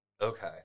Okay